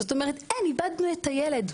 זאת אומרת, אין, איבדנו את הילד.